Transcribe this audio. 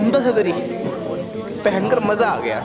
عمدہ صدری پہن کر مزہ آ گیا